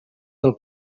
del